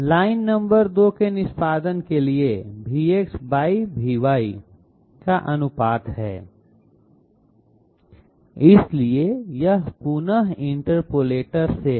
line number 2 के निष्पादन के लिए Vx Vy का अनुपात है इसलिए यह पुनः इंटरपोलेटर से है